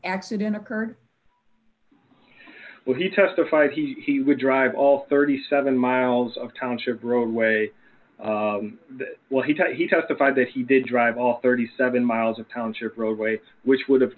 accident occurred when he testified he would drive all thirty seven miles of township roadway will he tell you he testified that he did drive all thirty seven miles of township roadway which would have